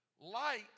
Light